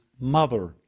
mother